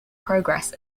progress